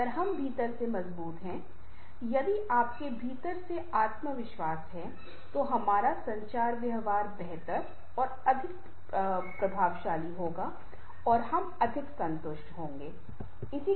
अगर हम भीतर से मजबूत हैं यदि आपके भीतर से आत्मविश्वास है तो हमारा संचार व्यवहार बेहतर अधिक प्रभावी होगा और हम अधिक संतुष्ट होंगे